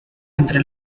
entre